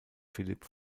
philipp